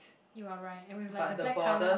you are right and we've like the black colour